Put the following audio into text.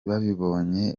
babibonye